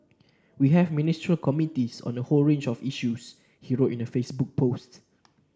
we have Ministerial Committees on a whole range of issues he wrote in a Facebook post